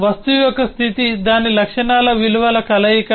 వస్తువు యొక్క స్థితి దాని లక్షణాల విలువల కలయిక